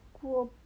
过